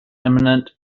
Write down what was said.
imminent